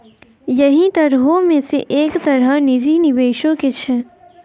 यहि तरहो मे से एक तरह निजी निबेशो के छै